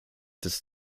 des